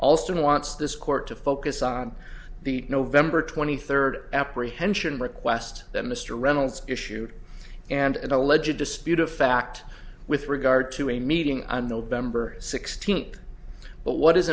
also wants this court to focus on the november twenty third apprehension request that mr reynolds issued and an alleged disputed fact with regard to a meeting on november sixteenth but what is